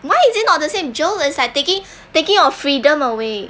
why is it not the same jail is like taking taking your freedom away